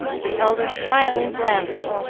the elder smiling blandly,